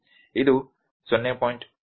ಇದು 0